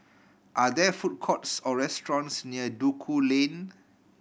are there food courts or restaurants near Duku Lane